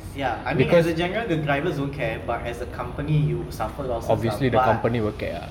ya I mean as a general the drivers don't care but as the company you would suffer losses lah